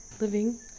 living